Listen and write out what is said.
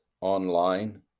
online